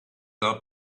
are